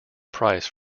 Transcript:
price